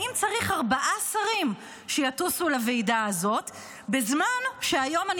האם צריך ארבעה שרים שיטוסו לוועידה הזאת בזמן שהיום אני